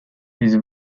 his